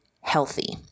healthy